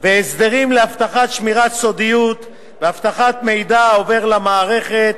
והסדרים להבטחת שמירת סודיות ואבטחת מידע העובר למערכת.